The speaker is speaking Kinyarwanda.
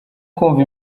kumva